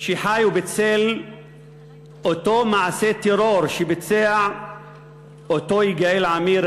שחיו בצל אותו מעשה טרור שביצע יגאל עמיר,